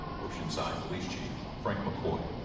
oceanside police chief frank mccoy.